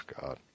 God